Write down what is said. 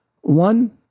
One